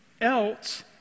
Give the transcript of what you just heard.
else